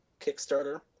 Kickstarter